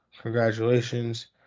Congratulations